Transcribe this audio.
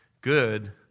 good